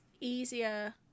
easier